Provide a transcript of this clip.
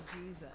Jesus